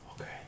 Okay